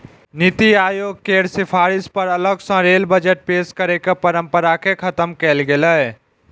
नीति आयोग केर सिफारिश पर अलग सं रेल बजट पेश करै के परंपरा कें खत्म कैल गेलै